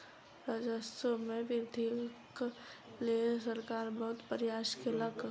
राजस्व मे वृद्धिक लेल सरकार बहुत प्रयास केलक